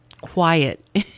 quiet